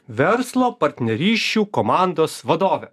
verslo partnerysčių komandos vadovė